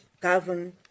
govern